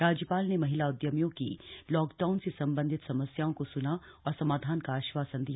राज्यपाल ने महिला उद्यमियों की लॉकडाउन से संबंधित समस्याओं को सुना और समाधान का आश्वासन दिया